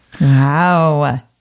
Wow